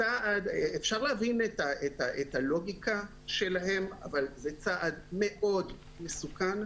אפשר להבין את הלוגיקה שלהם אבל זה צעד מאוד מסוכן,